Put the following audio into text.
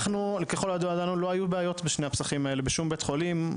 ככל הידוע לנו לא היו בעיות בשני הפסחים האלה בשום בית חולים,